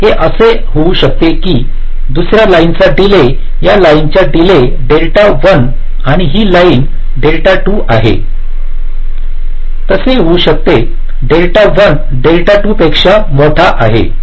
तर हे असे होऊ शकते की दुसर्या लाइनचा डिले या लाइनचा डिले डेल्टा 1 आणि ही लाइन डेल्टा 2 आहे तसे होऊ शकते डेल्टा 1 डेल्टा 2 पेक्षा मोठे आहे